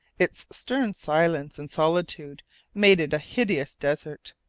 its stern silence and solitude made it a hideous desert.